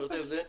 שוטף זה,